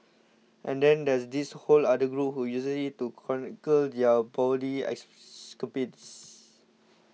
and then there's this whole other group who uses it to chronicle their bawdy escapades